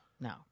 no